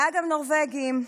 ואגב נורבגים,